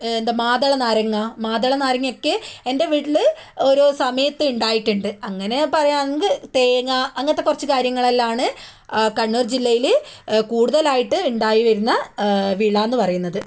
എന്താ മാതള നാരങ്ങ മാതള നാരങ്ങയൊക്കെ എൻ്റെ വീട്ടിൽ ഓരോ സമയത്തുണ്ടായിട്ടുണ്ട് അങ്ങനെ പറയാങ്കിൽ തേങ്ങ അങ്ങനത്തെ കുറച്ച് കാര്യങ്ങളെല്ലാമാണ് കണ്ണൂർ ജില്ലയില് കൂടുതലായിട്ട് ഉണ്ടായി വരുന്ന വിളയെന്ന് പറയുന്നത്